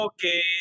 Okay